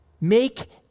Make